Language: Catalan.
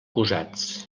usats